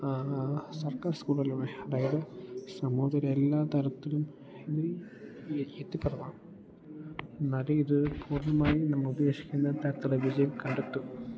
സർക്കാർ സ്കൂളിൽ അതായത് സമൂഹത്തിലെ എല്ലാ തരത്തിലും ഇത് ഈ എത്തിപ്പെടണം എന്നാലെ ഇത് പൂർണമായി നമുക്ക് ഉദ്ദേശിക്കുന്ന തരത്തിലുള്ള വിജയം കണ്ടെത്തു